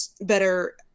better